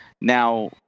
now